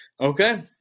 Okay